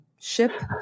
ship